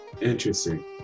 Interesting